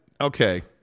Okay